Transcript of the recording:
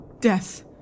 Death